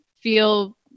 feel